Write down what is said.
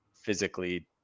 physically